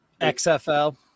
XFL